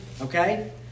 Okay